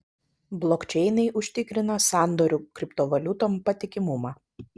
blokčeinai užtikrina sandorių kriptovaliutom patikimumą